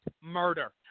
murder